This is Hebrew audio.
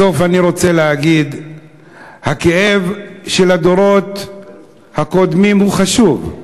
בסוף אני רוצה להגיד שהכאב של הדורות הקודמים הוא חשוב,